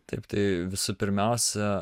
taip tai visų pirmiausia